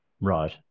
Right